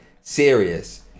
serious